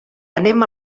anem